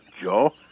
Joe